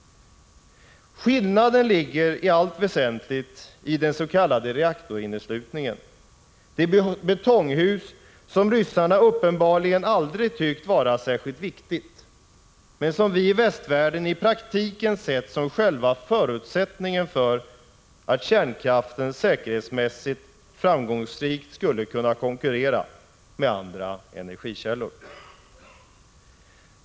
Skillnaden ligger i allt väsentligt i den s.k. reaktorinneslutningen, det betonghus som ryssarna uppenbarligen aldrig tyckt vara särskilt viktigt, men som vi i västvärlden i praktiken sett som själva förutsättningen för att kärnkraften säkerhetsmässigt framgångsrikt skulle kunna konkurrera med andra energikällor.